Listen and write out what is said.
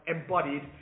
embodied